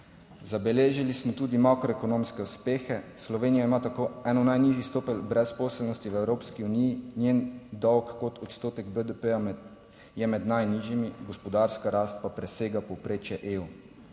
Zabeležili smo tudi makroekonomske uspehe. Slovenija ima tako eno najnižjih stopenj brezposelnosti v Evropski uniji njen dolg kot odstotek BDP je med najnižjimi, gospodarska rast pa presega povprečje EU.